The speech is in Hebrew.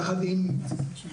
יחד עם ות"ת,